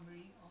ya